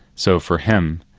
so for him,